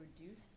reduce